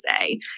say